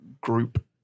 group